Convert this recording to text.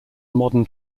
modern